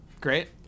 Great